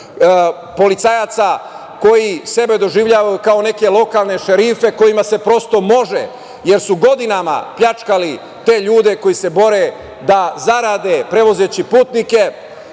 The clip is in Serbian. policajaca koji sebe doživljavaju kao neke lokalne šerife, kojima se prosto može, jer su godinama pljačkali te ljude koji se bore da zarade prevozeći putnike.